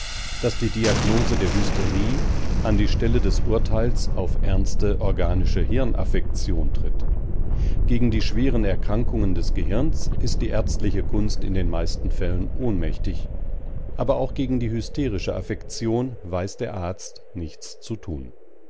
daß die diagnose der hysterie an die stelle des urteils auf ernste organische hirnaffektion tritt gegen die schweren erkrankungen des gehirns ist die ärztliche kunst in den meisten fällen ohnmächtig aber auch gegen die hysterische affektion weiß der arzt nichts zu tun